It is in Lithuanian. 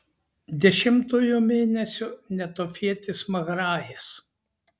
dešimtojo mėnesio netofietis mahrajas